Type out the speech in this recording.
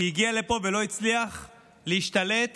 שהגיע לפה ולא הצליח להשתלט